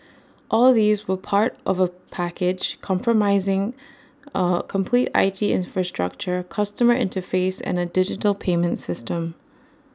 all these were part of A package compromising A complete I T infrastructure customer interface and A digital payment system